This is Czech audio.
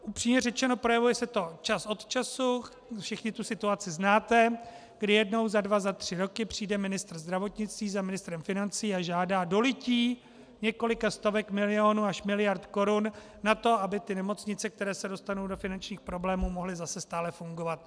Upřímně řečeno, projevuje se to čas od času, všichni tu situaci znáte, kdy jednou za dva, za tři roky přijde ministr zdravotnictví za ministrem financí a žádá dolití několika stovek milionů až miliard korun na to, aby ty nemocnice, které se dostanou do finančních problémů, mohly zase stále fungovat.